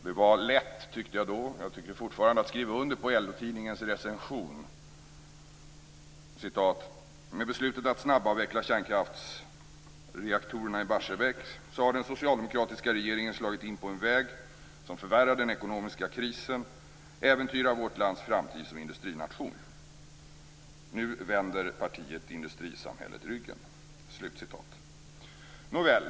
Det var då lätt - jag tycker fortfarande att det är lätt - att skriva under på LO-tidningens recension: "Med beslutet att snabbavveckla kärnkraftsreaktorerna i Barsebäck har den socialdemokratiska regeringen slagit in på en väg som förvärrar den ekonomiska krisen och äventyrar vårt lands framtid som industrination. - Nu vänder Partiet industrisamhället ryggen."